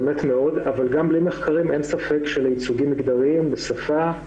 אבל גם בלי מחקרים אין ספק שלייצוגים מגדריים בשפה,